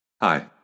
Hi